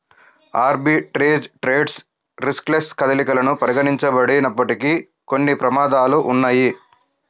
arbitrage trades riskless కదలికలను పరిగణించబడినప్పటికీ, కొన్ని ప్రమాదాలు ఉన్నయ్యి